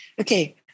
okay